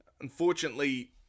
Unfortunately